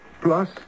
plus